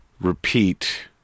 repeat